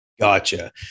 Gotcha